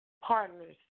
partner's